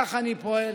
כך אני פועל